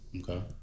okay